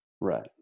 Right